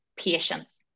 patience